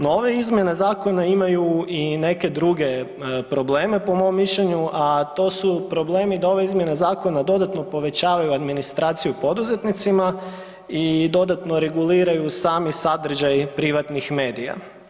No ove izmjene zakona imaju i neke druge probleme po mom mišljenju, a to su problemi da ove izmjene zakona dodatno povećavaju administraciju poduzetnicima i dodatno reguliraju sami sadržaj privatnih medija.